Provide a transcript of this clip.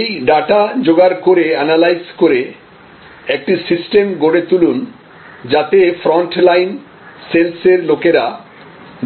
এই ডাটা জোগাড় করেএনালাইজ করে একটি সিস্টেম গড়ে তুলুন যাতে ফ্রন্টলাইন সেলসের লোকেরা